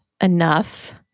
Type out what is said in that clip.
enough